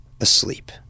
asleep